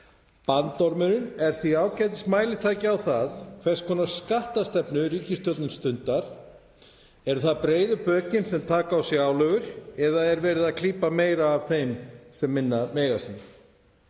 Bandormurinn er því ágætismælitæki á það hvers konar skattstefnu ríkisstjórnin stundar. Eru það breiðu bökin sem taka á sig álögur eða er verið að klípa meira af þeim sem minna mega sín?